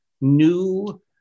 new